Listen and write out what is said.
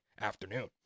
afternoon